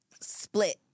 split